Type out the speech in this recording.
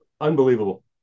Unbelievable